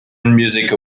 music